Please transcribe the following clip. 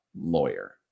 lawyer